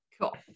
cool